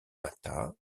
matha